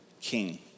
king